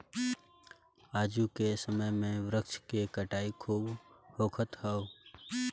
आजू के समय में वृक्ष के कटाई खूब होखत हअ